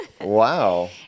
Wow